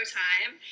time